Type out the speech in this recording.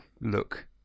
look